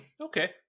Okay